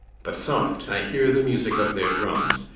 but soft, i hear the music of their drums,